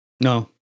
No